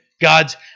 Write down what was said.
God's